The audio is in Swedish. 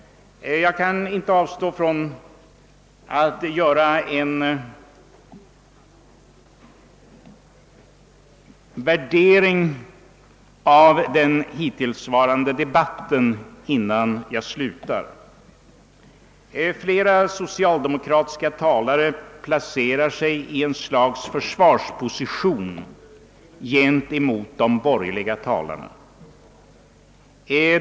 Jag kan innan jag slutar inte låta bli att göra en värdering av den hittillsvarande debatten. Flera socialdemokratiska talare har placerat sig i ett slags försvarsposition gentemot de borgerliga talarna.